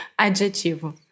Adjetivo